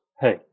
hey